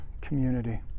community